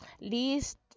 least